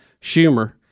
Schumer